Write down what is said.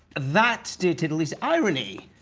that, dear tindall, is irony.